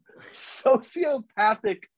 sociopathic